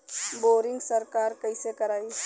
Boring सरकार कईसे करायी?